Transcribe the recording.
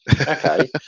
Okay